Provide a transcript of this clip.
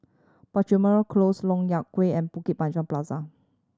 Penjuru Close Lok Yang Way and Bukit Panjang Plaza